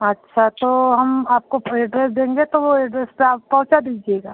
अच्छा तो हम आपको एड्रेस देंगे तो वो एड्रेस पर आप पहुँचा दीजिएगा